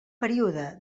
període